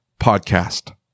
podcast